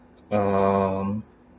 um